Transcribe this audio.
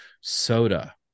soda